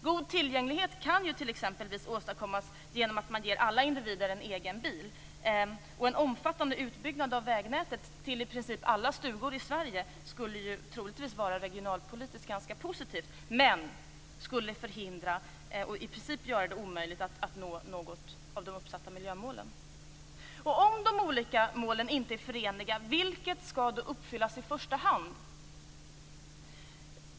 God tillgänglighet kan ju t.ex. åstadkommas genom att man ger alla individer en egen bil. En omfattande utbyggnad av vägnätet till i princip alla stugor i Sverige skulle troligtvis vara ganska positiv regionalpolitiskt sett, men den skulle förhindra, och i princip omöjliggöra, att man når något av de uppsatta miljömålen. Om de olika målen inte är förenliga - vilket skall då uppfyllas i första hand?